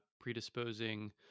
predisposing